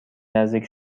نزدیک